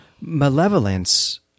malevolence